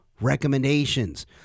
recommendations